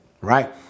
right